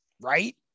Right